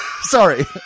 Sorry